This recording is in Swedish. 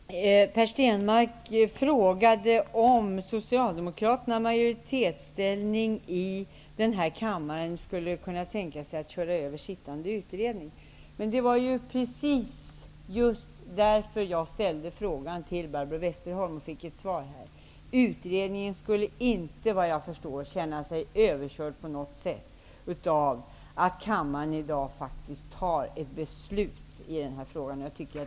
Herr talman! Per Stenmarck frågade om socialdemokraterna i majoritetsställning här i kammaren skulle kunna tänka sig att köra över en sittande utredning. Det var ju just därför jag ställde frågan och fick svar av Barbro Westerholm: Utredningen skulle inte på något sätt känna sig överkörd av att kammaren tar ett beslut i frågan.